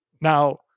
Now